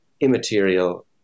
immaterial